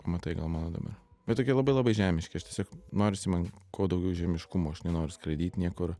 pamatai gal mano dabar bet tokie labai labai žemiški aš tiesiog norisi man kuo daugiau žemiškumo aš nenoriu skraidyt niekur